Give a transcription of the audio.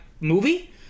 movie